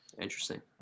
interesting